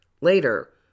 later